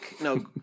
No